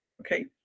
okay